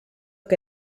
que